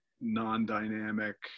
non-dynamic